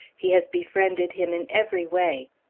he has befriended him in every way.